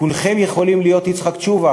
כולכם יכולים להיות יצחק תשובה,